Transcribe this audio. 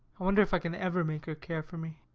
i wonder if i can ever make her care for me,